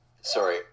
sorry